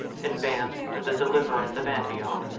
advanced to the deliverance of antioch.